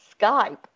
Skype